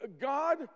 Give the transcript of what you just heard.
God